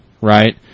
right